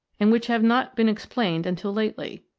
and which have not been ex plained until lately.